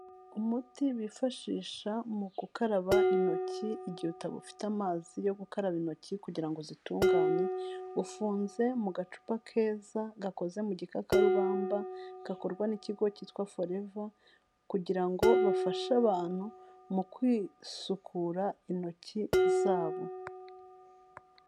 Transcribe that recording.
Umuti bifashisha mu gukaraba intoki igihe utaba ufite amazi yo gukaraba intoki kugira ngo uzitunganye, ufunze mu gacupa keza gakoze mu gikakarubamba gakorwa n'ikigo cyitwa Foreva kugira ngo bafashe abantu mu kwisukura intoki zabo.